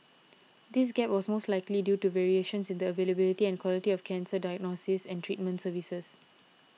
this gap was most likely due to variations in the availability and quality of cancer diagnosis and treatment services